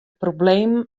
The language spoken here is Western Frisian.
problemen